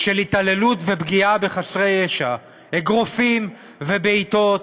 של התעללות ופגיעה בחסרי ישע: אגרופים, ובעיטות,